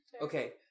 Okay